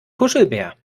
kuschelbär